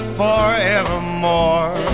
forevermore